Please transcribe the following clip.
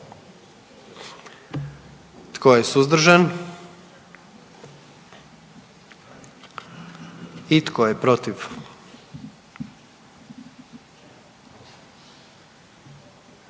Tko je suzdržan? I tko je protiv?